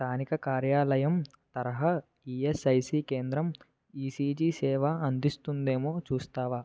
స్థానిక కార్యాలయం తరహా ఈయస్ఐసి కేంద్రం ఈసిజి సేవ అందిస్తుందేమో చూస్తావా